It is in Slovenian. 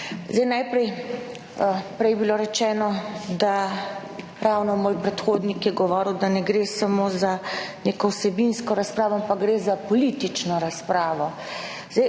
prej je bilo rečeno, da ravno moj predhodnik, ki je govoril, da ne gre samo za neko vsebinsko razpravo, ampak gre za politično razpravo.